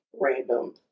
random